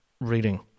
reading